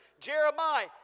Jeremiah